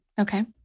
Okay